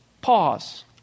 pause